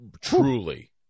truly